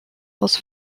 aus